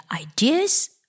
ideas